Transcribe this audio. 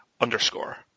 underscore